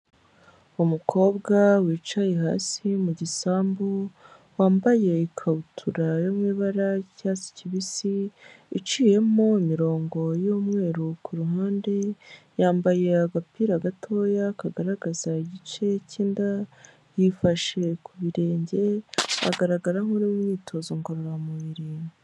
Umukobwa wicaye hasi mu gisambu, wambaye ikabutura yo mu ibara y'icyatsi kibisi, iciyemo imirongo y'umweru ku ruhande, yambaye agapira gatoya kagaragaza igice cyinda, yifashe ku birenge, agaragara nkuri mu myitozo ngororamubiri.